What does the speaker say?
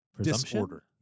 disorder